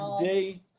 day